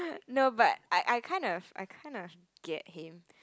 no but I I kind of I kind of get him